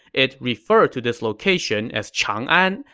it referred to this location as chang'an,